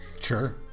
sure